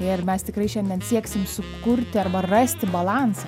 ir mes tikrai šiandien sieksim sukurti arba rasti balansą